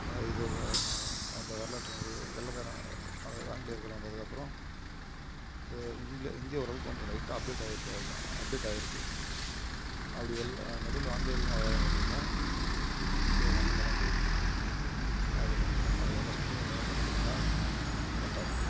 இது அந்த வரலாற்று வெள்ளைக்காரன் அதாவது ஆங்கிலேயர்கள் வந்ததுக்கப்புறோம் இந்தியா ஓரளவுக்கு கொஞ்சம் லைட்டாக அப்டேட் ஆயிருக்கு அவ்வளோதான் அப்டேட் ஆயிருக்கு அப்டே நடுவில் ஆங்கிலேயர்களும் வராம இருந்துஇருந்தா இன்னும் இந்தியா மட்டமாகதான் போய்ருக்கும் அது கொஞ்சம் அது எல்லா ஸ்கூல்லையும் கொஞ்சம் நல்லா சொல்லி கொடுத்துருந்தா கரெக்டாக இருக்கும்